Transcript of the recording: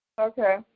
Okay